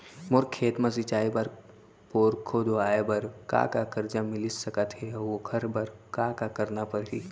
मोर खेत म सिंचाई बर बोर खोदवाये बर का का करजा मिलिस सकत हे अऊ ओखर बर का का करना परही?